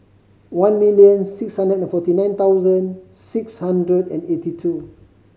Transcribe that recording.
one million six hundred and forty nine thousand six hundred and eighty two